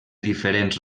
diferents